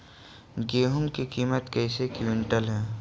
गेहू के किमत कैसे क्विंटल है?